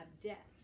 debt